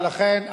לכן,